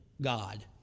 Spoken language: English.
God